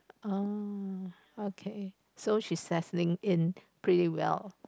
oh okay so she settling in pretty well